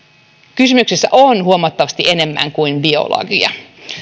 kysymyksessä on huomattavasti enemmän kuin biologia